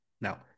Now